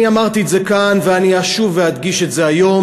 אני אמרתי את זה כאן ואני אשוב ואדגיש את זה היום,